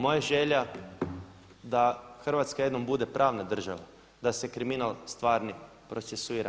Moja je želja da Hrvatska jednom bude pravna država, da se kriminal stvarni procesuira.